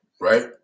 right